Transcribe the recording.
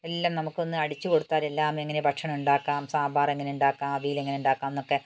എല്ലാം നമുക്കൊന്ന് അടിച്ചു കൊടുത്താൽ എല്ലാം എങ്ങനെ ഭക്ഷണം ഉണ്ടാക്കാം സാമ്പാർ എങ്ങനെ ഉണ്ടാക്കാം അവിയൽ എങ്ങനെ ഉണ്ടാക്കാം എന്നൊക്കെ